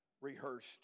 rehearsed